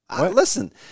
Listen